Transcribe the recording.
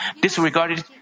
disregarded